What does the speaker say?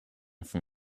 from